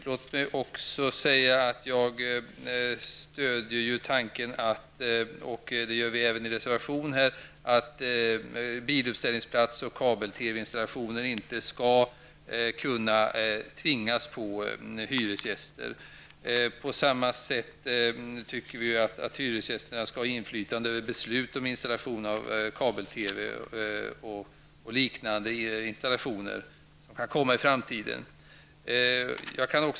Låt mig också säga att jag, liksom miljöpartiet gör i en reservation, stöder tanken på att biluppställningsplatser och kabel-TV-installationer inte skall kunna påtvingas hyresgäster. På samma sätt tycker vi att hyresgästerna skall ha inflytande över beslut om installation av kabel-TV och liknande installationer som kan komma i framtiden.